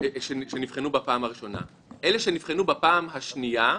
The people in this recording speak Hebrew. לטיפול במליאה.